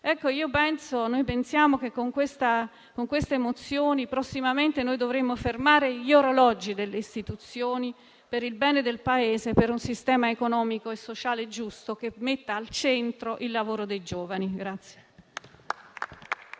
sulla maternità. Noi pensiamo che con queste mozioni prossimamente noi dovremo fermare gli orologi delle istituzioni per il bene del Paese, per un sistema economico e sociale giusto, che metta al centro il lavoro dei giovani.